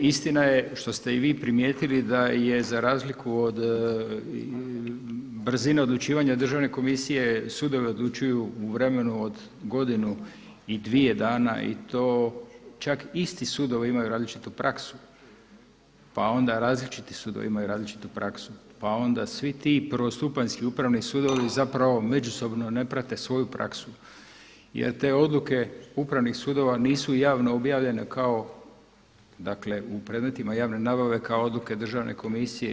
Istina je što ste i vi primijetili da je za razliku od brzine odlučivanja državne komisije sudovi odlučuju u vremenu od godinu i dvije dana i to čak isti sudovi imaju različitu praksu, pa onda različiti sudovi imaju različitu praksu, pa onda svi ti prvostupanjski upravni sudovi zapravo međusobno ne prate svoju praksu jel te odluke upravnih sudova nisu javno objavljene kao u predmetima javne nabave kao odluke državne komisije.